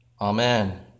Amen